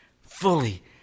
fully